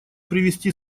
привести